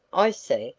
i see,